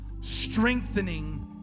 strengthening